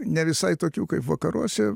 ne visai tokių kaip vakaruose